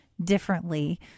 differently